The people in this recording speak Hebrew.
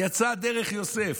יצאה דרך יוסף.